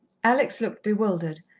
alex looked bewildered,